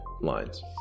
lines